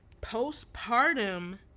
Postpartum